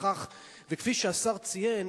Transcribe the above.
כפי שהשר ציין,